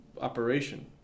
operation